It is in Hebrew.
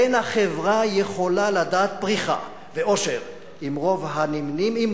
אין החברה יכולה לדעת פריחה ועושר אם רוב הנמנים עמה